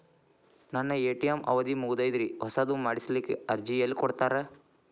ನನ್ನ ಎ.ಟಿ.ಎಂ ಅವಧಿ ಮುಗದೈತ್ರಿ ಹೊಸದು ಮಾಡಸಲಿಕ್ಕೆ ಅರ್ಜಿ ಎಲ್ಲ ಕೊಡತಾರ?